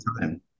time